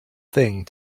thing